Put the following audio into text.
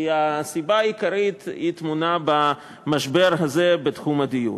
כי הסיבה העיקרית טמונה במשבר הזה בתחום הדיור.